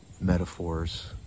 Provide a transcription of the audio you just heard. metaphors